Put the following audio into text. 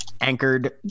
anchored